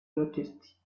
noticed